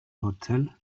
hotel